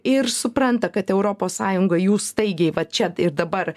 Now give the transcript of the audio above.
ir supranta kad europos sąjunga jų staigiai va čia ir dabar